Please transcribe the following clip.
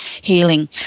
healing